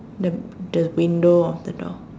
the the window on the door